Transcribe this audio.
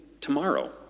tomorrow